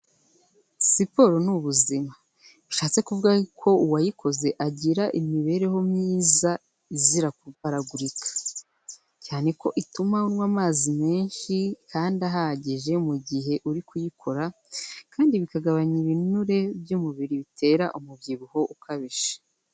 Siporo ni ubuzima, bishatse kuvuga ko uwayikoze agira imibereho myiza izira kurwaragurika, cyane ko ituma unywa amazi menshi kandi ahagije mu gihe uri kuyikora, kandi bikagabanya ibinure by'umubiri bitera umubyibuho ukabije.